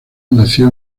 nació